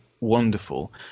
wonderful